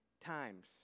times